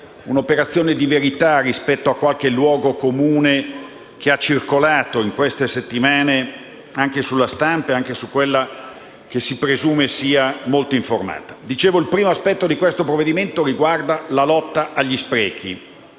un'operazione di verità rispetto a qualche luogo comune che ha circolato in queste settimane sulla stampa, anche su quella che si presume sia molto informata. Il primo aspetto di questo provvedimento riguarda la lotta agli sprechi.